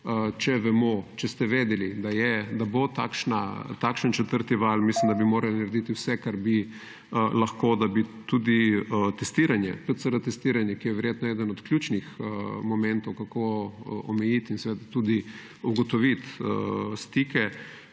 epidemijo. Če ste vedeli, da bo takšen četrti val, mislim, da bi morali narediti vse, kar bi lahko, da bi tudi testiranje PCR, ki je verjetno eden od ključnih momentov, kako omejiti in seveda tudi ugotoviti stike,